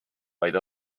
vaid